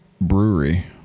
Brewery